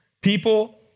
people